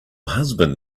husband